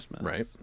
right